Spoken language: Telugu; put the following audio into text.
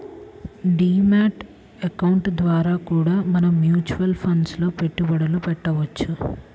డీ మ్యాట్ అకౌంట్ ద్వారా కూడా మనం మ్యూచువల్ ఫండ్స్ లో పెట్టుబడులు పెట్టవచ్చు